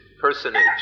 personage